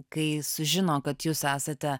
kai sužino kad jūs esate